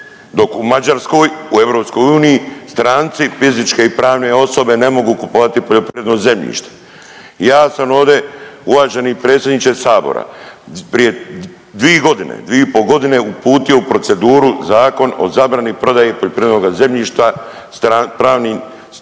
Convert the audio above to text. Dok u Mađarskoj, u EU stranici fizičke i pravne osobe ne mogu kupovati poljoprivredno zemljište. Ja sam ovdje uvaženi predsjedniče sabora prije 2 godine, 2,5 godine uputio u proceduru Zakon o zabrani prodaje poljoprivrednoga zemljišta pravnim i